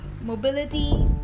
mobility